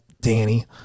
Danny